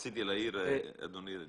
רציתי להעיר שני